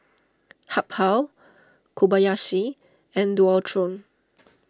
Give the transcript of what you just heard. Habhal Kobayashi and Dualtron